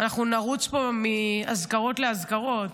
אנחנו נרוץ פה מאזכרות לאזכרות.